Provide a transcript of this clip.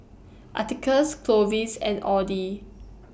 Atticus Clovis and Audy